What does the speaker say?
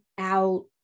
out